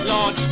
Lord